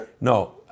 No